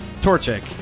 Torchic